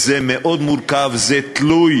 זה מאוד מורכב, זה תלוי